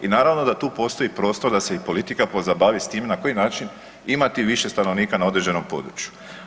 I naravno da tu postoji prostor da se i politika pozabavi s tim na koji način imati više stanovnika na određenom području.